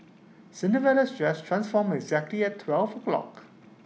Cinderella's dress transformed exactly at twelve o'clock